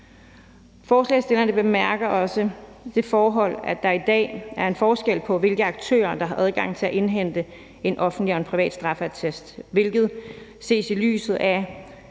Forslagsstillerne bemærker også det forhold, at der i dag er en forskel på, hvilke aktører der har adgang til at indhente en offentlig og en privat straffeattest, hvilket ses i lyset af,